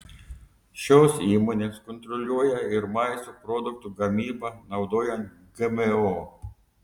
šios įmonės kontroliuoja ir maisto produktų gamybą naudojant gmo